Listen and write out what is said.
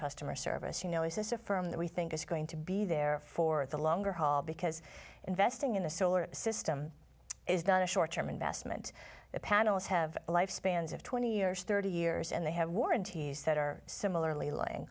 customer service you know is this a firm that we think is going to be there for the longer haul because investing in the solar system is done a short term investment there analysts have life spans of twenty years thirty years and they have warranties that are similarly lyin